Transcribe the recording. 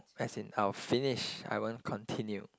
as in I will finish I won't continue